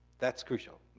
that's crucial.